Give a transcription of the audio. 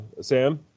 Sam